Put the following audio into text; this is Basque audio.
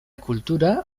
kultura